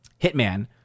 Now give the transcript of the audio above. hitman